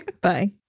Bye